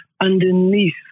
underneath